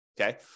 Okay